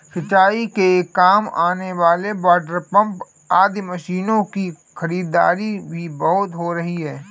सिंचाई के काम आने वाले वाटरपम्प आदि मशीनों की खरीदारी भी बहुत हो रही है